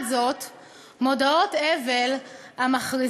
במודעות האבל האלה לא מקובל להמתין לקביעת רגע מוות רשמי וברור,